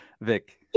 Vic